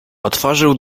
otworzył